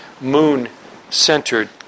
moon-centered